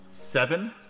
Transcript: Seven